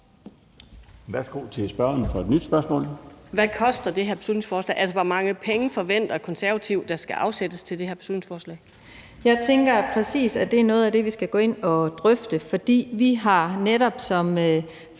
Hvad koster det her beslutningsforslag? Hvor mange penge forventer Konservative der skal afsættes til det her beslutningsforslag? Kl. 17:40 Lise Bertelsen (KF): Jeg tænker, at det præcis er noget af det, vi skal gå ind og drøfte. For vi har netop, som fru